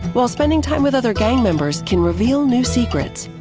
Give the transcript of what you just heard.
while spending time with other gang members can reveal new secrets,